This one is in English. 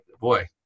boy